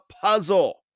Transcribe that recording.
puzzle